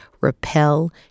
repel